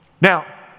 Now